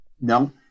No